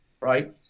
right